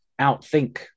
outthink